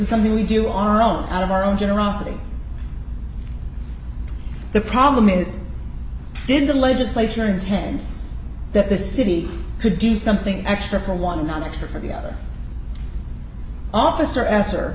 something we do on our own out of our own generosity the problem is did the legislature in ten that the city could do something extra for one another for the other officer a